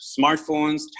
smartphones